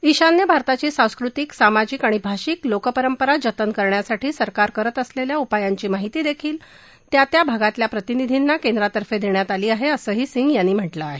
ईशान्य भारताची सांस्कृतिक सामाजिक भाषिक लोकपरंपरा जतन करण्यासाठी सरकार करत असलेल्या उपायांची माहिती देखील त्या भागातल्या प्रतिनिधींना केंद्रातर्फे देण्यात आली आहे असंही सिंग यांनी म्हटलं आहे